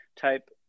type